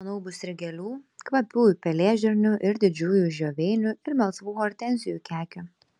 manau bus ir gėlių kvapiųjų pelėžirnių ir didžiųjų žioveinių ir melsvų hortenzijų kekių